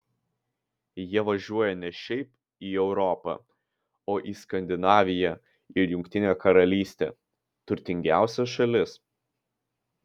jie važiuoja ne šiaip į europą o į skandinaviją ir jungtinę karalystę turtingiausias šalis